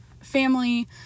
family